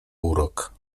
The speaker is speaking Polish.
urok